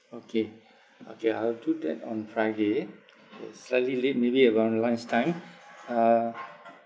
okay okay I'll do that on friday yes slightly late maybe around lunch time uh